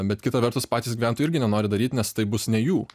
bet kita vertus patys gyventojai irgi nenori daryti nes tai bus ne jų